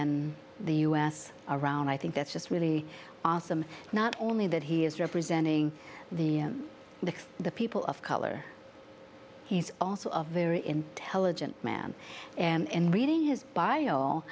and the u s around i think that's just really awesome not only that he is representing the the the people of color he's also a very intelligent man and in reading his bio